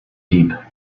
deep